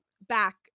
back